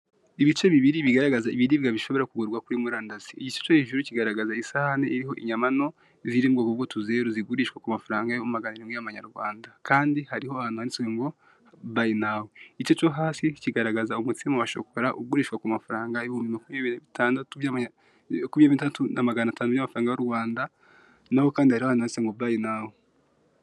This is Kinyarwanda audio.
ibice bibiri bigaragaza ibiribwa bishobora ku kugurwa kuri murandasi igi cyo hejuru kigaragaza isahani iriho inyamato ziri ngo ububutuziru zigurishwa ku mafaranga maganarinwi y'amanyarwanda kandi hariho hananditswe ngo bayinawu, igice cyo hasi kigaragaza umutsima washokara ugurishwa ku mafaranga ibihumbi makumyabiri na bitandatu na magana atanu y'abafaranga u Rwanda naho kanditse ngo buyinawu.